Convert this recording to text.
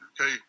okay